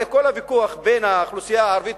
הרי כל הוויכוח בין האוכלוסייה הערבית